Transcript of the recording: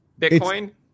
Bitcoin